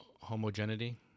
homogeneity